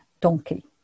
donkey